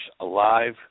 alive